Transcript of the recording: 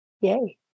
Yay